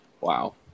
Wow